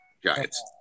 Giants